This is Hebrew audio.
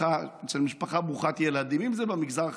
אצל משפחה ברוכת ילדים, אם זה במגזר החרדי,